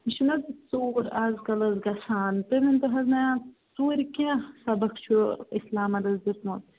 یہِ چھُنہٕ حظ ژوٗر آز کَل حظ گژھان تُہۍ ؤنۍتو حظ مےٚ اَتھ ژوٗرِ کیٛاہ سبق چھُ اِسلامَن حظ دیُتمُت